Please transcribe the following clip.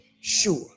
Sure